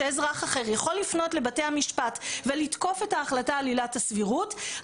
שאזרח אחר יכול לפנות לבתי המשפט ולתקוף את ההחלטה על עילת הסבירות,